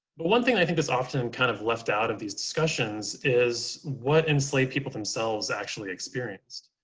but, one thing i think is often kind of left out of these discussions is what enslaved people themselves actually experienced.